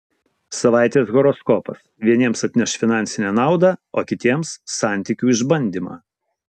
savaitės horoskopas vieniems atneš finansinę naudą o kitiems santykių išbandymą